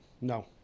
No